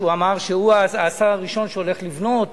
שאמר שהוא השר הראשון שהולך לבנות